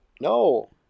no